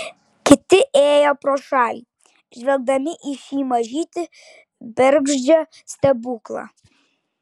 kiti ėjo pro šalį žvelgdami į šį mažytį bergždžią stebuklą